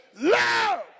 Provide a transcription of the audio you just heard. love